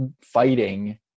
fighting